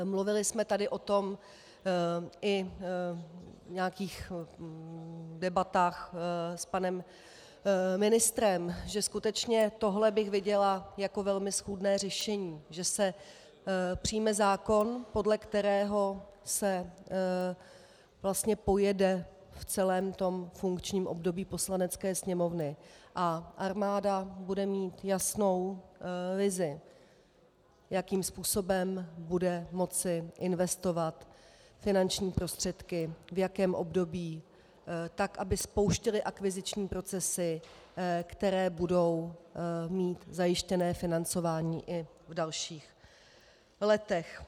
Mluvili jsme tady o tom i v nějakých debatách s panem ministrem, že skutečně tohle bych viděla jako velmi schůdné řešení, že se přijme zákon, podle kterého se vlastně pojede v celém tom funkčním období Poslanecké sněmovny, a armáda bude mít jasnou vizi, jakým způsobem bude moci investovat finanční prostředky, v jakém období, tak aby spouštěli akviziční procesy, které budou mít zajištěné financování i v dalších letech.